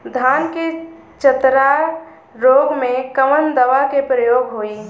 धान के चतरा रोग में कवन दवा के प्रयोग होई?